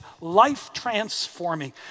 life-transforming